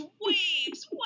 waves